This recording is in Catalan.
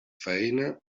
feina